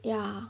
ya